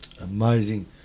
Amazing